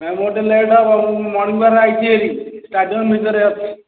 ନା ମୋର ଟିକିଏ ଲେଟ୍ ହବ ମୁଁ ମର୍ଣ୍ଣିଂୱାକ୍ରେ ଆସିଛି ହେରି ଷ୍ଟାଡ଼ିୟମ୍ ଭିତରେ ଅଛି